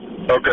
Okay